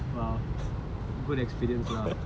!wow! good experience lah